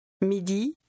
Midi